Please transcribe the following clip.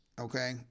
okay